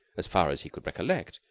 as far as he could recollect,